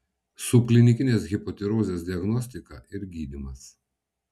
subklinikinės hipotirozės diagnostika ir gydymas